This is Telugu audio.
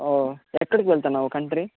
ఓ ఎక్కడికి వెళ్తున్నావు కంట్రీ